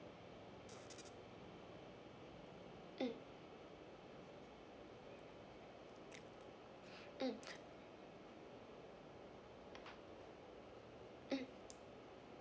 mm mm mm